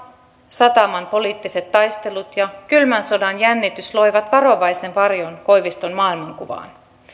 sataman poliittiset taistelut ja kylmän sodan jännitys loivat varovaisen varjon koiviston maailmankuvaan